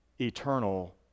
eternal